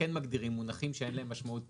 כן מגדירים מונחים שאין להם משמעות פשוטה,